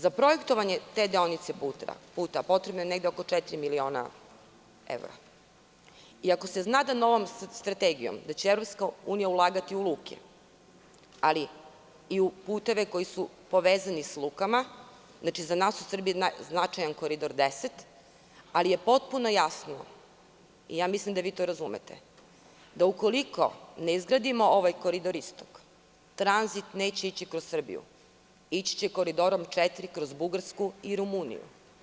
Za projektovanje te deonice puta potrebno je negde oko 4.000.000 evra, iako se zna da će novom strategijom EU ulagati u luke, ali i u puteve koji su povezani s lukama, za nas u Srbiji značajan Koridor 10, ali je potpuno jasno i mislim da vi to razumete, da ukoliko ne izgradimo ovaj Koridor Istok, tranzit neće ići kroz Srbiju, ići će Koridorom 4 kroz Bugarsku i Rumuniju.